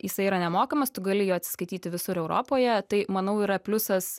jisai yra nemokamas tu gali juo atsiskaityti visur europoje tai manau yra pliusas